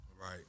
right